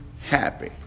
happy